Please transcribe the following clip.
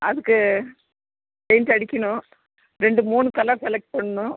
அதுக்கு பெயிண்ட் அடிக்கணும் ரெண்டு மூணு கலர் செலக்ட் பண்ணணும்